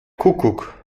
kuckuck